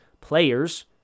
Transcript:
players